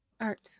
Art